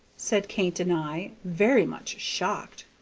said kate and i, very much shocked.